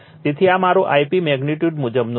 તેથી આ મારો Ip મેગ્નિટ્યુડ મુજબનો છે